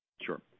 Sure